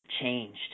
changed